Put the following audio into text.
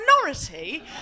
minority